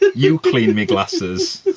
you clean my glasses?